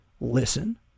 listen